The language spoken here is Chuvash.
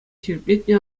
ҫирӗплетнӗ